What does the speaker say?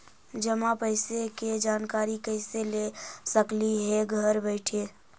जमा पैसे के जानकारी कैसे ले सकली हे घर बैठे?